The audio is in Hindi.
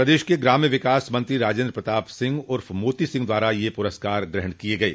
प्रदेश के ग्राम्य विकास मंत्री राजेन्द्र प्रताप सिंह उर्फ मोती सिंह द्वारा यह पुरस्कार ग्रहण किये गये